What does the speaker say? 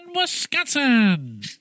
Wisconsin